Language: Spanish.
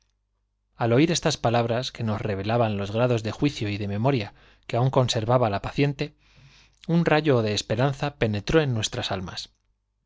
al oir estas palabras que nos revelaban los grados de juicio y de memoria que aún conservaba la paciente un rayo de esperanza penetró en nuestras almas